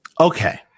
Okay